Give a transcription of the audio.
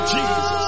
Jesus